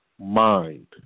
mind